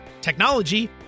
technology